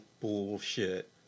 bullshit